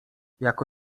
jako